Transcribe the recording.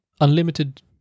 unlimited